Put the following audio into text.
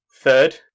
Third